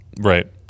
right